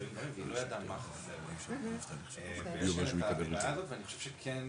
חסרים טפסים והיא לא ידעה מה חסר לה ויש את ההערה הזאת ואני חושב שכן,